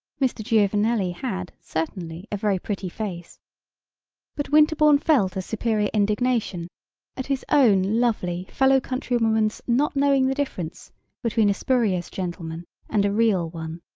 mr. giovanelli had certainly a very pretty face but winterbourne felt a superior indignation at his own lovely fellow countrywoman's not knowing the difference between a spurious gentleman and a real one.